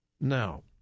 Now